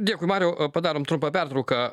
dėkui mariau padarome trumpą pertrauką